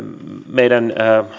meidän